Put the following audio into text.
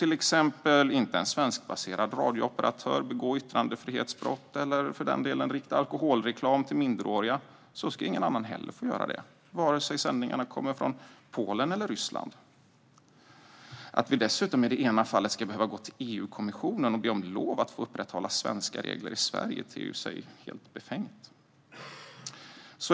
Om en svenskbaserad radiooperatör inte får begå yttrandefrihetsbrott eller rikta alkoholreklam till minderåriga ska ingen annan heller få göra det, vare sig sändningarna kommer från Polen eller Ryssland. Att vi dessutom i det ena fallet ska behöva gå till EU-kommissionen och be om lov att få upprätthålla svenska regler i Sverige ter sig helt befängt.